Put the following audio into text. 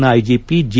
ನ IGP G